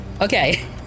okay